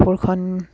কাপোৰখন